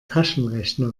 taschenrechner